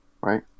Right